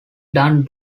done